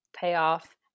payoff